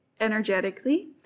energetically